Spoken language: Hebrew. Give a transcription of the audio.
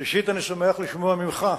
ראשית, אני שמח לשמוע ממך,